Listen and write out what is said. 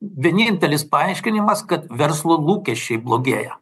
vienintelis paaiškinimas kad verslo lūkesčiai blogėja